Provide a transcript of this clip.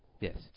Yes